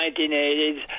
1980s